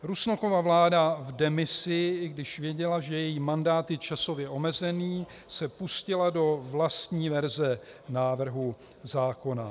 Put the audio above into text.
Rusnokova vláda v demisi, i když věděla, že její mandát je časově omezený, se pustila do vlastní verze návrhu zákona.